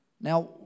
Now